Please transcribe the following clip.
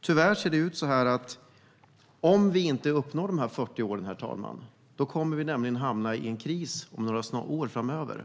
Tyvärr ser det ut som att om vi inte uppnår de 40 åren, herr talman, kommer vi att hamna i en kris om några år,